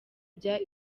bya